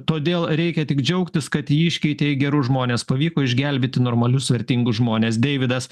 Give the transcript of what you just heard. todėl reikia tik džiaugtis kad jį iškeitė į gerus žmones pavyko išgelbėti normalius vertingus žmones deividas